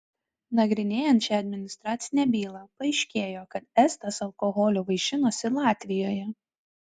nagrinėjant šią administracinę bylą paaiškėjo kad estas alkoholiu vaišinosi latvijoje